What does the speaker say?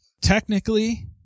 technically